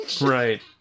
Right